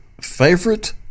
favorite